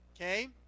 okay